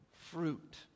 fruit